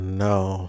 no